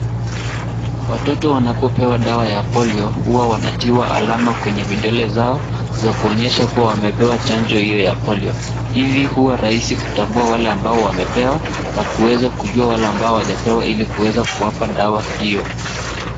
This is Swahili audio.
Watoto wanapopewa dawa ya polio huwa wanatiwa alama kwenye vidole zao za kuonyesha kuwa wamepewa chanjo hiyo ya polio. Hivyo huwa rahisi kutambua wale ambao wamepewa na kuweza kujua wale ambao hawajapewa ili kuweza kuwapa dawa hiyo.